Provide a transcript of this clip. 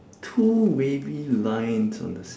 two wavy lines on the s~